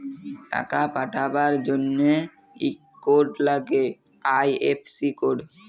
টাকা পাঠাবার জনহে ইক কোড লাগ্যে আই.এফ.সি কোড